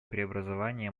преобразования